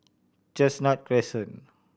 Chestnut Crescent